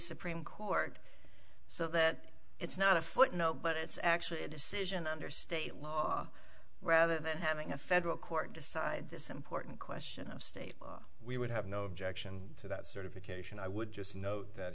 supreme court so that it's not a footnote but it's actually a decision under state law rather than having a federal court decide this important question of state law we would have no objection to that certification i would just